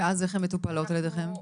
ואז איך הן מטופלות על ידיכם?